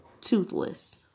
toothless